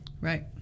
Right